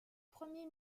premier